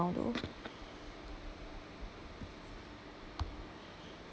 around though